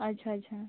अच्छा अच्छा